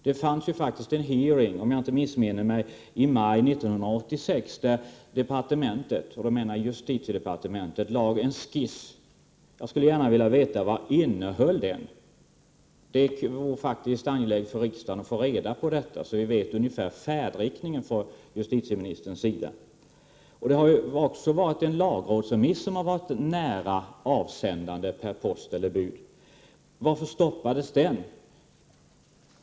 Efter en utfrågning i maj 1986, om jag inte missminner mig, presenterades en skiss till lösning. Vad innehöll den skissen? Det är faktiskt angeläget för oss i riksdagen att få reda på det, så att vi känner till vilken färdriktning justitieministern har tänkt sig. En lagrådsremiss har också varit nära avsändande per post eller bud. Varför stoppades den?